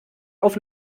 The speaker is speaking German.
auf